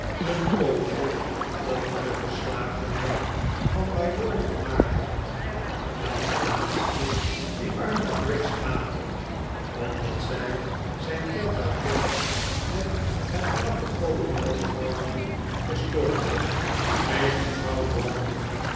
een poosje over de verslagenheid van mylord vermaakt had welke laatste die arme briggs haatte omdat zij zijn tete a tete met het knappe kolonelsvrouwtje verstoorde kreeg mevrouw